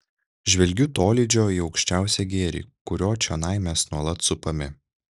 žvelgiu tolydžio į aukščiausią gėrį kurio čionai mes nuolat supami